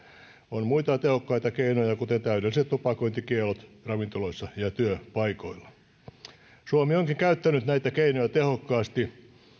on muitakin tehokkaita keinoja kuten täydelliset tupakointikiellot ravintoloissa ja työpaikoilla ja suomi onkin käyttänyt näitä keinoja tehokkaasti